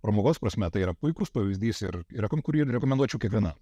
pramogos prasme tai yra puikus pavyzdys ir yra kurį rekomenduočiau kiekvienam